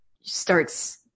starts